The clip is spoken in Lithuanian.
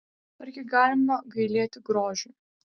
argi galima gailėti grožiui